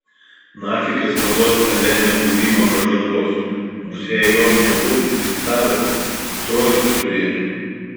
nafik eskaluot a le nebuvimą pražangos nors jei jos nebūtų fiksavę troicą turėtų